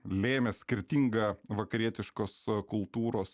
lėmė skirtingą vakarietiškos kultūros